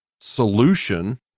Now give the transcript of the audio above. solution